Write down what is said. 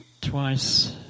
twice